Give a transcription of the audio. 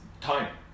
time